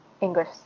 English